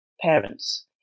parents